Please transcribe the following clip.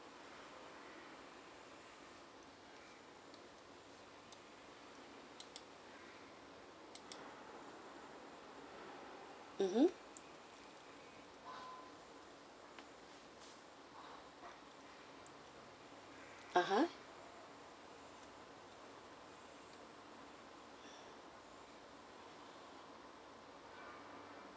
mmhmm (uh huh)